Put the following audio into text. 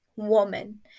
woman